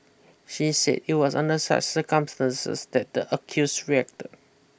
she said it was under such circumstances that the accused reacted